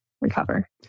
recover